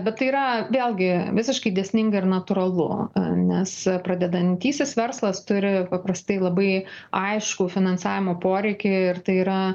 bet tai yra vėlgi visiškai dėsninga ir natūralu nes pradedantysis verslas turi paprastai labai aiškų finansavimo poreikį ir tai yra